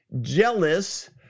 jealous